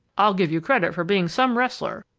i'll give you credit for being some wrestler,